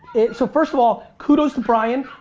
so, first of all, kudos to brian.